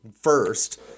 first